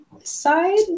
side